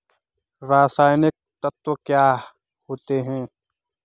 रसायनिक तत्व क्या होते हैं?